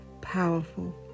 powerful